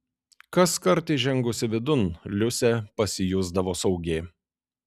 kaskart įžengusi vidun liusė pasijusdavo saugi